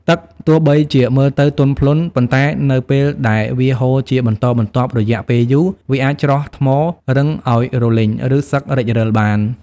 ទឹកទោះបីជាមើលទៅទន់ភ្លន់ ប៉ុន្តែនៅពេលដែលវាហូរជាបន្តបន្ទាប់រយៈពេលយូរ វាអាចច្រោះថ្មរឹងឱ្យរលីង ឬសឹករិចរឹលបាន។